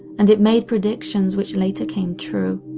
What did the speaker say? and it made predictions which later came true.